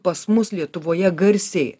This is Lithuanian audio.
pas mus lietuvoje garsiai